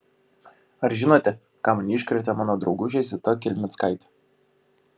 ar žinote ką man iškrėtė mano draugužė zita kelmickaitė